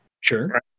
Sure